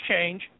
change